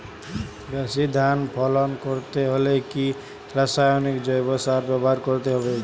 বেশি ধান ফলন করতে হলে কি রাসায়নিক জৈব সার ব্যবহার করতে হবে?